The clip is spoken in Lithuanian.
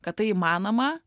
kad tai įmanoma